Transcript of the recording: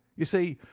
you see,